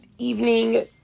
evening